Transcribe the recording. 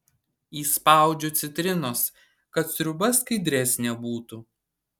įspaudžiu citrinos kad sriuba skaidresnė būtų